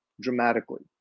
dramatically